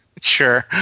Sure